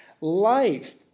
life